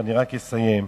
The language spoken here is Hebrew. ואני אסיים.